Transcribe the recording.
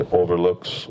overlooks